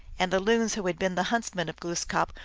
and the loons, who had been the huntsmen of gloos kap,